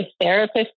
therapist